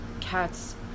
cats